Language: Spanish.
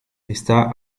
esta